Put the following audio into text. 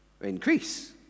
Increase